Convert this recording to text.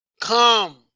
Come